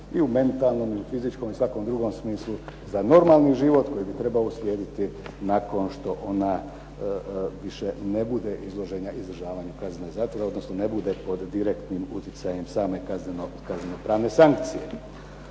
i u mentalnom, i u fizičkom i svakom drugom smislu za normalni život koji bi trebao uslijediti nakon što ona više ne bude izložena izdržavanju kazne zatvora, odnosno ne bude pod direktnim utjecajem same kaznenopravne sankcije.